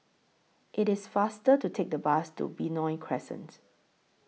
IT IS faster to Take The Bus to Benoi Crescent